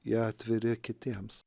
jie atviri kitiems